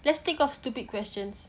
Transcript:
let's think of stupid questions